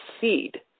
seed